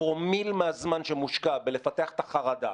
פרומיל מהזמן שמושקע בלפתח את החרדה,